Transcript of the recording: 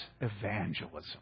evangelism